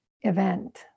event